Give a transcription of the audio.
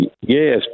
Yes